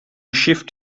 shift